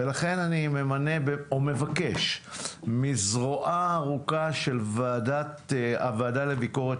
לכן אני מבקש מזרועה הארוכה של הוועדה לביקורת